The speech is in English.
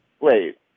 Wait